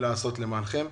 לעשות למענכם.